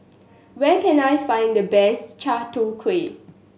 where can I find the best Chai Tow Kuay